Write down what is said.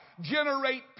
generate